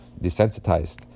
desensitized